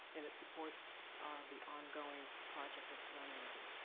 and it supports the ongoing project of colonialism.